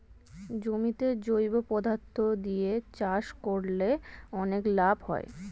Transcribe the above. জমিতে জৈব পদার্থ দিয়ে চাষ করলে অনেক লাভ হয়